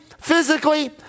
physically